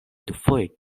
dufoje